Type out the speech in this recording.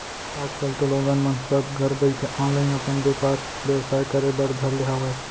आज कल तो लोगन मन सब घरे बइठे ऑनलाईन अपन बेपार बेवसाय करे बर धर ले हावय